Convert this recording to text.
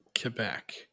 Quebec